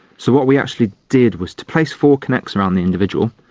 so what we actually did was to place four kinects around the individual,